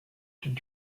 did